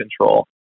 control